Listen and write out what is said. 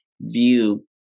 view